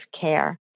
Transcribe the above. care